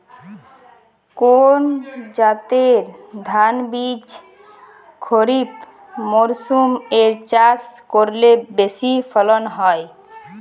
কোন জাতের ধানবীজ খরিপ মরসুম এ চাষ করলে বেশি ফলন হয়?